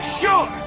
sure